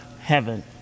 heaven